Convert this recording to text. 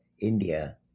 India